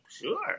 sure